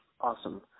Awesome